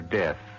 death